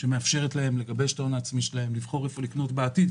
שמאפשרת להם לגבש את ההון העצמי שלהם ולבחור איפה לקנות בעתיד,